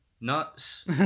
Nuts